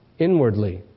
inwardly